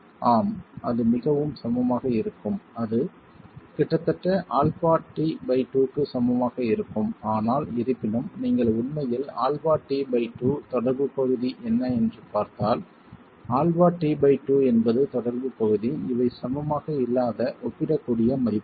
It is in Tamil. ஆம் அது மிகவும் சமமாக இருக்கும் அது கிட்டத்தட்ட αt2 க்கு சமமாக இருக்கும் ஆனால் இருப்பினும் நீங்கள் உண்மையில் αt2 தொடர்புப் பகுதி என்ன என்று பார்த்தால் αt2 என்பது தொடர்புப் பகுதி இவை சமமாக இல்லாத ஒப்பிடக்கூடிய மதிப்புகள்